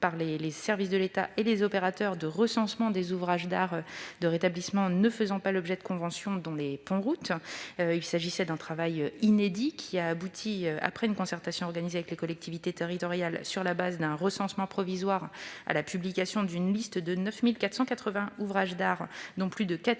par les services de l'État et de ses opérateurs de recensement des ouvrages d'art de rétablissement ne faisant pas l'objet de conventions, dont les ponts-routes. Il s'agissait d'un travail inédit, qui a abouti, après une concertation organisée avec les collectivités territoriales sur la base d'un recensement provisoire, à la publication d'une liste de 9 480 ouvrages d'art, dont plus de 4